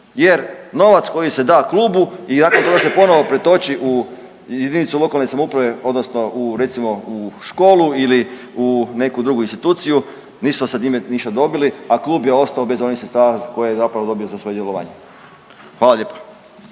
jer novac koji se da klubu i nakon toga se ponovo pretoči u jedinicu lokalne samouprave odnosno u recimo u školu ili u neku drugu instituciju nismo sa time ništa dobili a klub je ostao bez onih sredstava koje je zapravo dobio za sudjelovanje. Hvala lijepa.